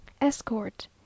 Escort